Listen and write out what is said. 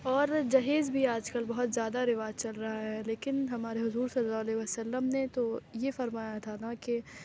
اور جہیز بھی آج کل بہت زیادہ رواج چل رہا ہے لیکن ہمارے حضور صلی اللہ علیہ و سلم نے تو یہ فرمایا تھا نا کہ